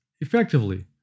effectively